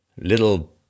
little